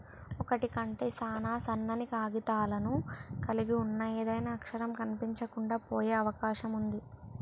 ఒకటి కంటే సాన సన్నని కాగితాలను కలిగి ఉన్న ఏదైనా అక్షరం కనిపించకుండా పోయే అవకాశం ఉంది